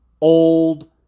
old